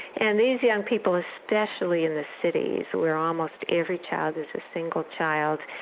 and these young people especially in the cities where almost every child is a single child,